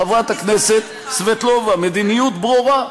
חברת הכנסת סבטלובה, מדיניות ברורה.